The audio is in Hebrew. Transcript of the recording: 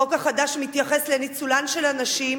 החוק החדש מתייחס לניצולן של הנשים